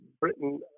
Britain